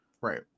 Right